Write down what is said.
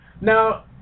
Now